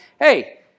hey